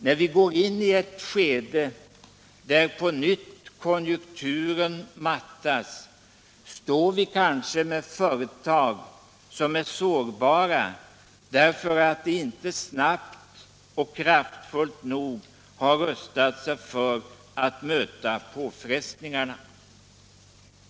När vi går in i ett skede där på nytt konjunkturen mattas står vi kanske med företag som är sårbara, därför att de inte snabbt och kraftfullt nog har rustat sig för att möta påfrestningarna.